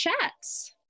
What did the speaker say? Chats